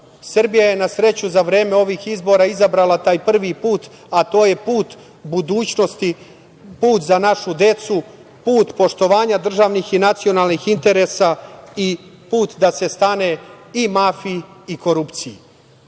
Srbija je na sreći za vreme ovih izbora izabrala taj prvi put, a to je put budućnosti, put za našu decu, put poštovanja državnih i nacionalnih interesa i put da se stane i mafiji i korupciji. Naravno,